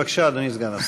בבקשה, אדוני סגן השר.